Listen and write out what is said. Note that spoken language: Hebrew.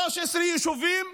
13 יישובים.